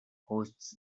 hosts